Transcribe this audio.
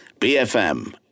BFM